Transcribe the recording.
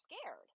scared